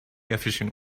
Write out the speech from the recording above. efficient